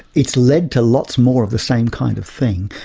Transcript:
it's led to lots more of the same kind of thing.